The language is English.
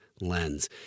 lens